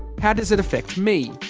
how does it affect me?